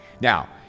Now